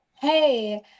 hey